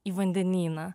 į vandenyną